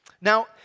Now